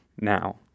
Now